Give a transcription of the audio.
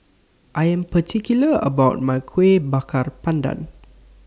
I Am particular about My Kueh Bakar Pandan